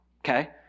okay